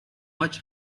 much